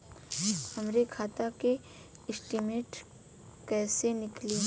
हमरे खाता के स्टेटमेंट कइसे निकली?